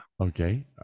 Okay